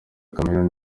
cameroun